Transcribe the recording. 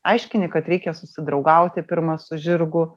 aiškini kad reikia susidraugauti pirma su žirgu